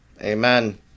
Amen